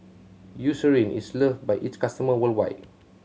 Eucerin is loved by its customer worldwide